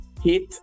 hit